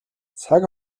цаг